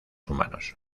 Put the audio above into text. humanos